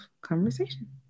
conversation